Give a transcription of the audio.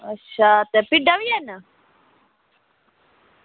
अच्छा ते भिड्डां बी हैन